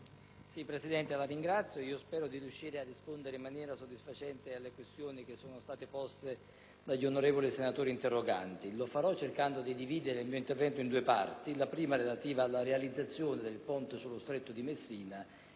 Presidente, spero di riuscire a rispondere in maniera soddisfacente alle questioni che sono state poste dagli onorevoli senatori interroganti. Lo farò cercando di dividere il mio intervento in due parti: la prima relativa alla realizzazione del ponte sullo Stretto di Messina;